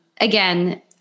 again